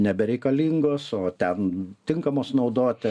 nebereikalingos o ten tinkamos naudoti